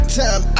time